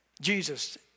Jesus